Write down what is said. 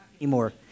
anymore